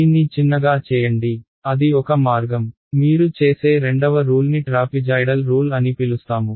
దీన్ని చిన్నగా చేయండి అది ఒక మార్గం మీరు చేసే రెండవ రూల్ని ట్రాపిజాయ్డల్ రూల్ అని పిలుస్తాము